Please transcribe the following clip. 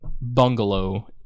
bungalow